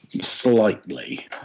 slightly